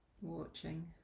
watching